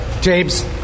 James